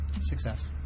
Success